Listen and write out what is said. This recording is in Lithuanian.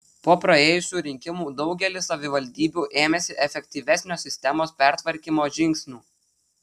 po praėjusių rinkimų daugelis savivaldybių ėmėsi efektyvesnio sistemos pertvarkymo žingsnių